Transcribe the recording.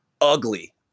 Ugly